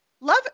love